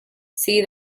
see